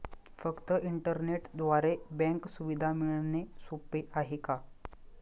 फक्त इंटरनेटद्वारे बँक सुविधा मिळणे सोपे आहे का?